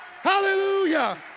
Hallelujah